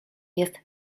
jest